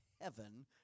heaven